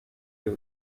est